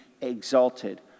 exalted